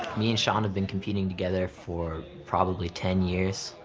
me and sean have been competing together for probably ten years.